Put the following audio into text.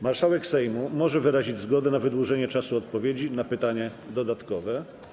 Marszałek Sejmu może wyrazić zgodę na wydłużenie czasu odpowiedzi na pytanie dodatkowe.